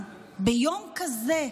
ביום כזה,